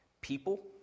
People